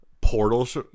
portals